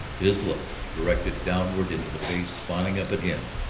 his look, directed downward into the face smiling up at him,